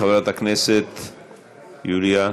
חברת הכנסת יוליה.